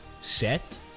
set